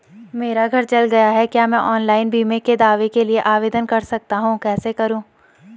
मेरा घर जल गया है क्या मैं ऑनलाइन बीमे के दावे के लिए आवेदन कर सकता हूँ कैसे करूँ?